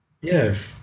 Yes